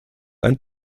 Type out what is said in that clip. ein